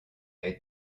est